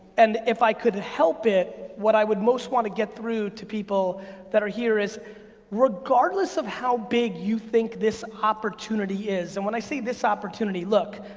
and if i could help it, what i would most wanna get through to people that are here is regardless of how big you think this opportunity is, and when i say this opportunity, look,